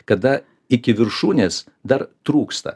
kada iki viršūnės dar trūksta